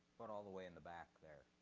but all the way in the back there?